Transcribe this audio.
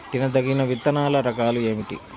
తినదగిన విత్తనాల రకాలు ఏమిటి?